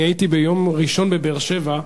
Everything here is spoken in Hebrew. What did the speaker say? אני הייתי ביום ראשון בבאר-שבע.